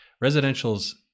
residential's